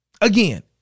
again